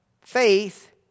Faith